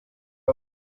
gen